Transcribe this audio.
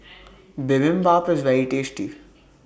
Bibimbap IS very tasty